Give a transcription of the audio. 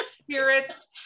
spirits